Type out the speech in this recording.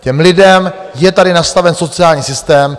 Těm lidem je tady nastaven sociální systém.